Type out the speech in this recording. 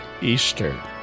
Easter